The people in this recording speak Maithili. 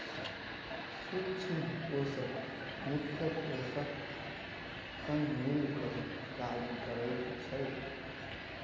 सूक्ष्म पोषक मुख्य पोषकक संग मिल क काज करैत छै